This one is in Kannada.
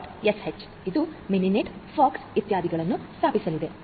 sh ಇದು ಮಿನಿನೆಟ್ ಪೋಕ್ಸ್ ಇತ್ಯಾದಿಗಳನ್ನು ಸ್ಥಾಪಿಸಲಿದೆ